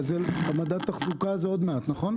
מדד התחזוקה זה עוד מעט, נכון?